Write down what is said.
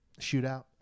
shootout